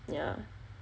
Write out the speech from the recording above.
yah